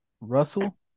Russell